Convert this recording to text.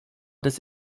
des